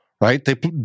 right